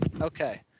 okay